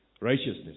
righteousness